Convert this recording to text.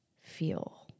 feel